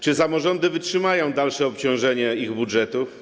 Czy samorządy wytrzymają dalsze obciążenie ich budżetów?